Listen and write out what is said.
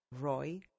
Roy